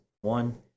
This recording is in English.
One